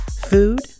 food